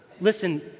Listen